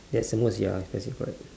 that's the most ya impressive correct